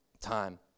time